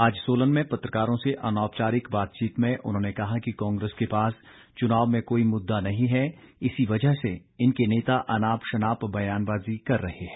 आज सोलन में पत्रकारों से अनौपचारिक बातचीत में उन्होंने कहा कि कांग्रेस के पास चुनाव में कोई मुददा नहीं है इसी वजह से इनके नेता अनाप शनाप बयानबाजी कर रहे हैं